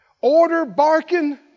order-barking